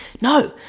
No